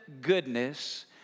goodness